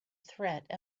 threat